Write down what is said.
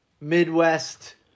Midwest